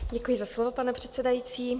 Děkuji za slovo, pane předsedající.